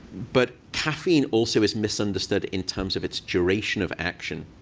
but caffeine also is misunderstood in terms of its duration of action.